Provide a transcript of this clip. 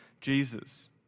Jesus